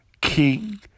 King